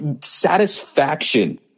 satisfaction